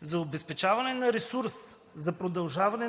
За обезпечаване на ресурс за продължаване